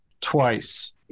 Twice